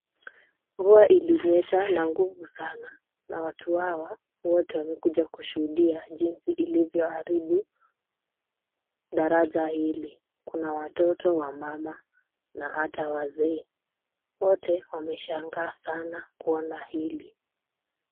Mvua ilinyesha na nguvu sana na watu hawa wote wamekuja kushuhudia jinsi ilivyoharibu daraja hili. Kuna watoto, wamama na hata wazee. Wote wameshangaa sana kuona hili.